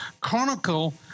chronicle